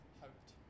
hoped